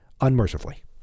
unmercifully